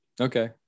Okay